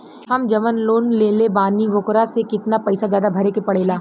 हम जवन लोन लेले बानी वोकरा से कितना पैसा ज्यादा भरे के पड़ेला?